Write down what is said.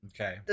Okay